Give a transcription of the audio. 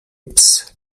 apps